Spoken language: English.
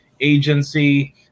agency